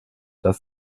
das